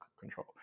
control